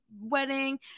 wedding